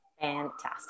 Fantastic